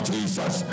Jesus